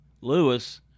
Lewis